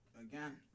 Again